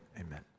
amen